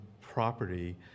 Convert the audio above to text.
property